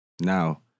now